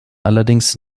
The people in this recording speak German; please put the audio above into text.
allerdings